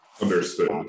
Understood